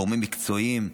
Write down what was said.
גורמים מקצועיים,